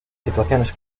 situaciones